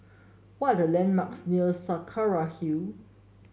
what are the landmarks near Saraca Hill